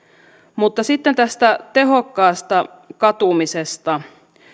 mutta sitten tästä tehokkaasta katumisesta